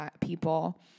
people